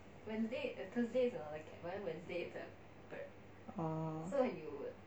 oh